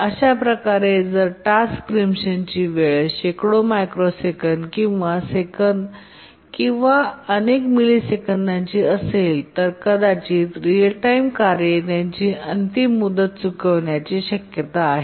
अशाप्रकारे जर टास्क प्रीमिप्शनची वेळ शेकडो मायक्रोसेकंद किंवा सेकंद किंवा अनेक मिलिसेकंदांची असेल तर कदाचित रीअल टाइम कार्ये त्यांची अंतिम मुदत चुकवण्याची शक्यता आहे